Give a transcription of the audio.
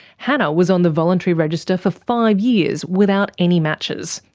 hannah was on the voluntary register for five years without any matches,